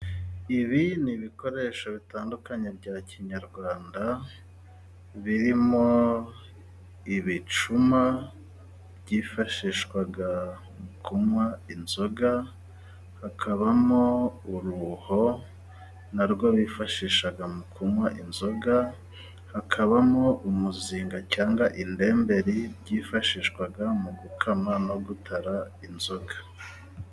Ibi ni ibikoresho bitandukanye bya kinyarwanda birimo ibicuma byifashishwaga mu kunywa inzoga, hakabamo uruho na rwo bifashishaga mu kunywa inzoga, hakabamo umuzinga cyangwa indemberi byifashishwaga mu gukama no gutara inzoga.